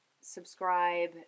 subscribe